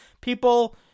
People